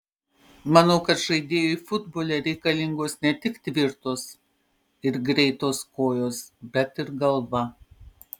manau kad žaidėjui futbole reikalingos ne tik tvirtos ir greitos kojos bet ir galva